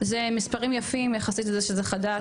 זה מספרים יפים יחסית לזה שזה חדש,